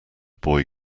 boy